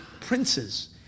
princes